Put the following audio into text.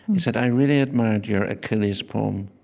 he said, i really admired your achilles poem,